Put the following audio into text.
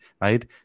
right